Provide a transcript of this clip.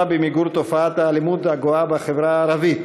במיגור תופעת האלימות הגואה בחברה הערבית,